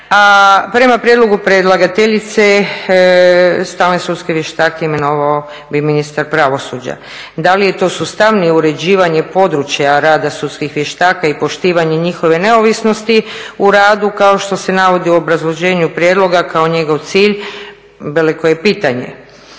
prema prijedlogu predlagateljice stalne sudske vještake imenovao bi ministar pravosuđa. Da li je to sustavnije uređivanje područja rada sudskih vještaka i poštivanje njihove neovisnosti u radu, kao što se navodi u obrazloženju prijedloga kao njegov cilj, veliko je pitanje.